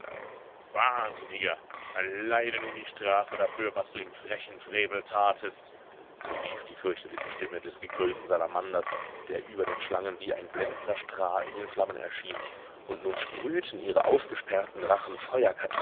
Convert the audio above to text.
wahnsinniger erleide nun die strafe dafür was du im frechen frevel tatest so rief die fürchterliche stimme des gekrönten salamanders der über den schlangen wie ein blendender strahl in den flammen erschien und nun sprühten ihre aufgesperrten rachen